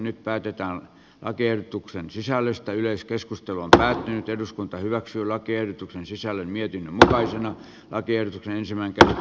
nyt päätetään lakiehdotuksen sisällöstä yleiskeskustelu on päättynyt eduskunta hyväksyi lakiehdotuksen sisällön mietin takaisin arkeen ensimmäinen erä